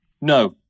No